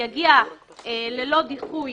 יגיע ללא דיחוי